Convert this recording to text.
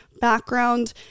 background